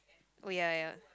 oh ya ya